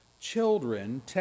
children